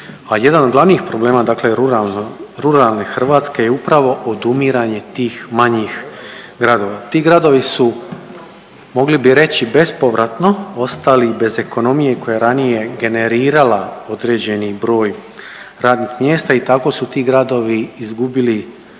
jedan od glavnih problema, dakle ruralne Hrvatske je upravo odumiranje tih manjih gradova. Ti gradovi su mogli bi reći bespovratno ostali bez ekonomije koja je ranije generirala određeni broj radnih mjesta i tako su ti gradovi izgubili privlačnost